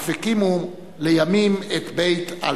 אף הקימו לימים את בית-אלפא.